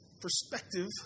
perspective